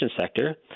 sector